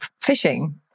fishing